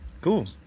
Cool